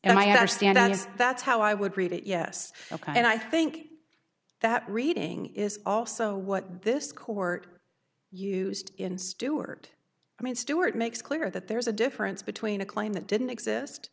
and i understand that's how i would read it yes and i think that reading is also what this court used in stewart i mean stuart makes clear that there's a difference between a claim that didn't exist